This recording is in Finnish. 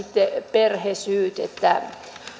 perhesyyt